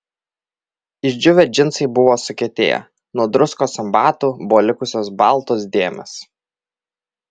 išdžiūvę džinsai buvo sukietėję nuo druskos ant batų buvo likusios baltos dėmės